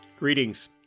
Greetings